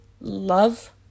love